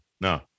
no